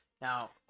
Now